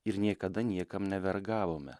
ir niekada niekam nevergavome